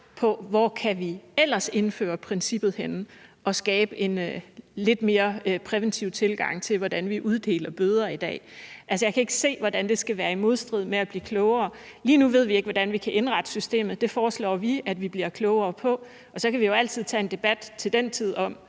på, hvor vi ellers kan indføre princippet og skabe en lidt mere præventiv tilgang til, hvordan vi uddeler bøder i dag. Altså, jeg kan ikke se, hvordan det skulle være i modstrid med, at vi bliver klogere på det. Lige nu ved vi ikke, hvordan vi kan indrette systemet. Det foreslår SF at vi bliver klogere på, og så kan vi jo altid til den tid tage en debat om,